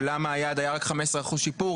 ולמה היעד היה רק 15% שיפור?